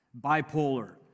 bipolar